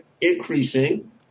increasing